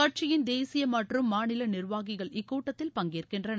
கட்சியின் தேசிய மற்றும் மாநில நிர்வாகிகள் இக்கூட்டத்தில் பங்கேற்கின்றனர்